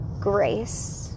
grace